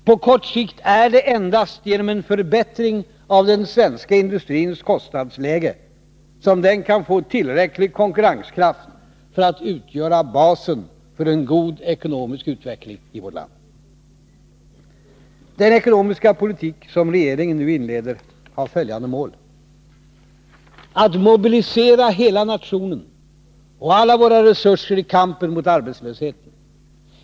På kort sikt är det endast genom en förbättring av den svenska industrins kostnadsläge som den kan få tillräcklig konkurrenskraft för att utgöra basen för en god ekonomisk utveckling i vårt land. Den ekonomiska politik som regeringen nu inleder har följande mål: att mobilisera hela nationen och alla våra resurser i kampen mot arbetslösheten.